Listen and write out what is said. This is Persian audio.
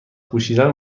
پوشیدن